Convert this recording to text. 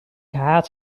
haat